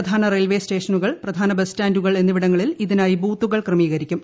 പ്രധാന റെയിൽവേഴ് ്സ്റ്റേഷനുകൾ പ്രധാന ബസ് സ്റ്റാന്റുകൾ എന്നിവിടങ്ങ്ളിൽ ഇതിനായി ബൂത്തുകൾ ക്രമീകരിക്കും